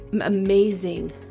amazing